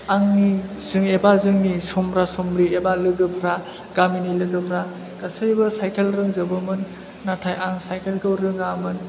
आंनि जों एबा जोंनि सम्ब्रा सम्ब्रि एबा लोगोफ्रा गामिनि लोगोफ्रा गासैबो साइकेल रोंजोबोमोन नाथाय आं साइकेल खौ रोङामोन